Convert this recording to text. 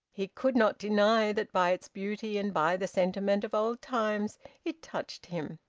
he could not deny that by its beauty and by the sentiment of old times it touched him.